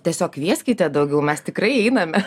tiesiog kvieskite daugiau mes tikrai einame